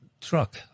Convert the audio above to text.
truck